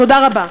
תודה רבה.